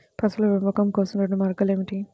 పశువుల పెంపకం కోసం రెండు మార్గాలు ఏమిటీ?